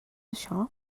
això